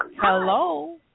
Hello